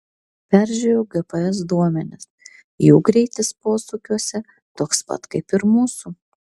peržiūrėjau gps duomenis jų greitis posūkiuose toks pat kaip ir mūsų